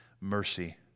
mercy